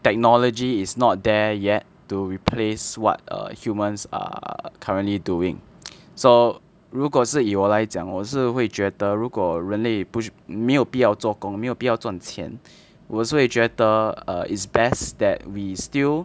technology is not there yet to replace what err humans are currently doing so 如果是以我来讲我是会觉得如果人类不需没有必要做工没有必要赚钱我是会觉得 err is best that we still